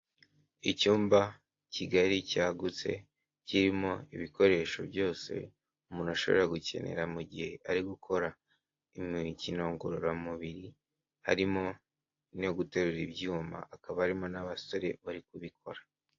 Icyumba kigari cyagutse kirimo ibikoresho byose umuntu ashobora gukenera mu gihe ari gukora imikino ngororamubiri, harimo no guterura ibyuma hakaba harimo n'abasore bari kubikora.